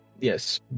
Yes